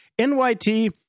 NYT